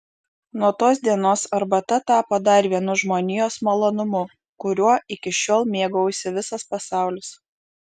nuo tos dienos arbata tapo dar vienu žmonijos malonumu kuriuo iki šiol mėgaujasi visas pasaulis